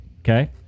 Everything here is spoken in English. Okay